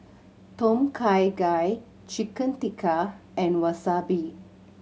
Tom Kha Gai Chicken Tikka and Wasabi